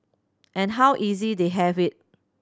and how easy they have it